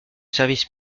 service